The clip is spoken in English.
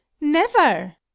Never